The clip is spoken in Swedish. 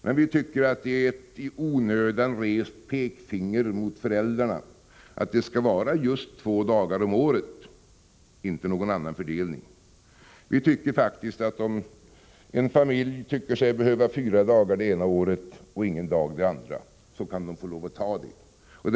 Vi tycker emellertid att det är ett i onödan rest pekfinger mot föräldrarna, att bestämma att det skall vara just två dagar om året och ingen annan fördelning. Om en familj tycker sig behöva fyra dagar det ena året och ingen dag det andra året anser vi att man kan få göra en sådan uppdelning.